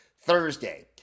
Thursday